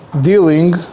dealing